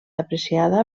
apreciada